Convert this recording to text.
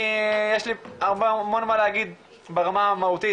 יש לי המון מה להגיד ברמה המהותית,